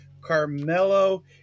Carmelo